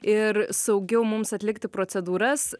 ir saugiau mums atlikti procedūras